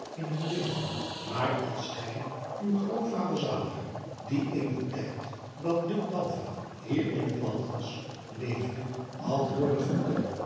in hun wezen maar als gij uw grootvader zaliger die in den tijd dat duc d alva hier in t land was leefde had hooren vertellen